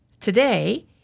Today